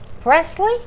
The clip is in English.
Presley